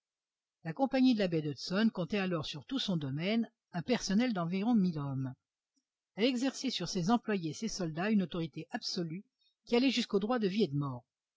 la compagnie de la baie d'hudson comptait alors sur tout son domaine un personnel d'environ mille hommes elle exerçait sur ses employés et ses soldats une autorité absolue qui allait jusqu'au droit de vie et de mort